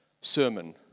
sermon